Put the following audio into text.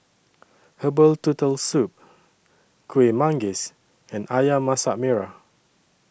Herbal Turtle Soup Kuih Manggis and Ayam Masak Merah